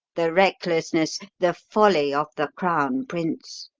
the recklessness, the folly of the crown prince.